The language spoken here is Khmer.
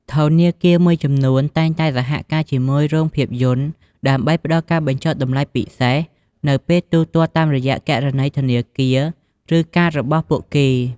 ធនាគារមួយចំនួនតែងតែសហការជាមួយរោងភាពយន្តដើម្បីផ្តល់ការបញ្ចុះតម្លៃពិសេសនៅពេលទូទាត់តាមរយៈគណនីធនាគារ ឬកាតរបស់ពួកគេ។